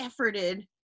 efforted